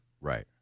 Right